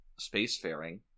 spacefaring